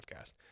podcast